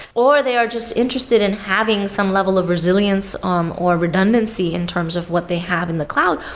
or they are just interested in having some level of resilience um or redundancy in terms of what they have in the cloud,